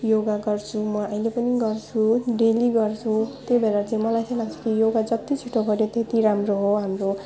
योगा गर्छु म अहिले पनि गर्छु डेली गर्छु त्यही भएर चाहिँ मलाई चाहिँ लाग्छ कि योगा जति छिटो गर्यो त्यति राम्रो हो हाम्रो